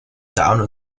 damen